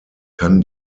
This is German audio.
kann